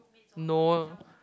Noel